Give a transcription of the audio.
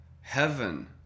heaven